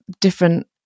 different